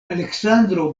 aleksandro